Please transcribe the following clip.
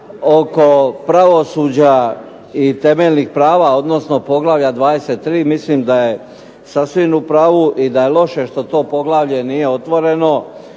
oko pravosuđa i temeljnih prava, odnosno poglavlja 23. mislim da je sasvim u pravu i da je loše što to poglavlje nije otvoreno,